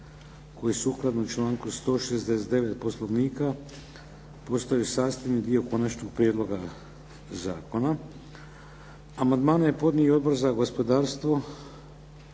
koji sukladno članku 169. Poslovnika postaju sastavni dio konačnog prijedloga zakona.